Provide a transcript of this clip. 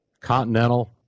continental